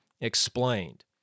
explained